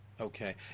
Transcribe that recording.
Okay